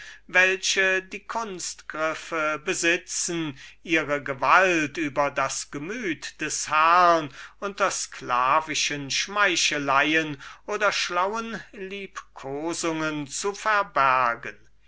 welche die kunstgriffe besitzen ihre gewalt über das gemüt des herrn unter sklavischen schmeicheleien oder schlauen liebkosungen zu verbergen